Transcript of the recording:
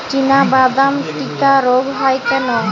চিনাবাদাম টিক্কা রোগ হয় কেন?